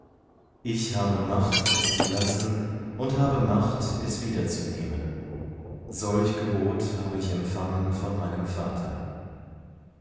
ich habe macht es zu lassen und habe macht es wiederzunehmen solch gebot habe ich empfangen von meinem vater